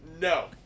No